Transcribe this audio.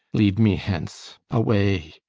lead me hence, away,